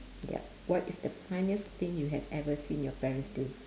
ya what is the funniest thing you had ever seen your parents do